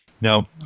Now